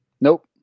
Nope